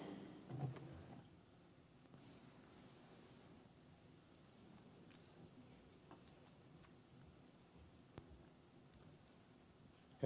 herra puhemies